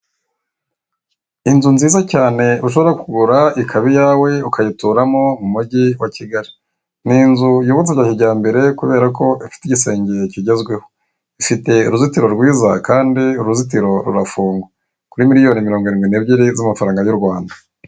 Inzu nziza cyane ushobora kugura ikaba iyawe, ukayituramo mu mujyi wa Kigali, ni inzu yubatse bya kijyambere kubera ko ifite igisenge kigezweho, ifite uruzitiro rwiza kandi uruzitiro rurafungwa, kuri miliyoni mirongo irindwi n'ebyiri z'amafaranga y'u Rwanda.